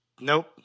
Nope